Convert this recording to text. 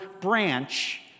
branch